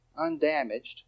undamaged